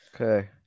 Okay